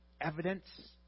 evidence